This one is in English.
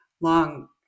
long